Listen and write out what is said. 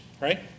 right